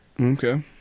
okay